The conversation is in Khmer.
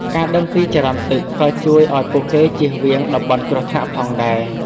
ការដឹងពីចរន្តទឹកក៏ជួយឱ្យពួកគេចៀសវាងតំបន់គ្រោះថ្នាក់ផងដែរ។